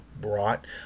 brought